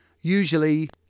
usually